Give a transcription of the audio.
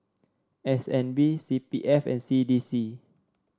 S N B C B F and C D C